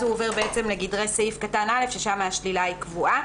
הוא עובר לגדרי סעיף קטן (א) שם השלילה היא קבועה.